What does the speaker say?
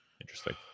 interesting